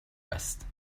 است